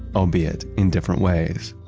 albeit in different ways.